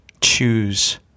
choose